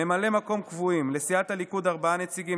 ממלאי מקום קבועים: לסיעת הליכוד ארבעה נציגים,